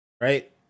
right